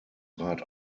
rat